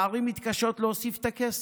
והערים מתקשות להוסיף את הכסף.